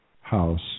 house